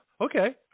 Okay